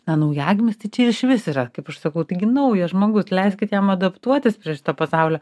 na naujagimis tai čia išvis yra kaip aš sakau taigi naujas žmogus leiskit jam adaptuotis prie šito pasaulio